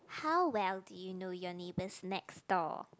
how well do you know your neighbours next door